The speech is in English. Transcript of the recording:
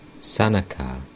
Sanaka